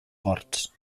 ports